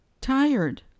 tired